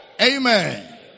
amen